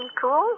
cool